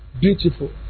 Beautiful